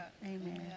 Amen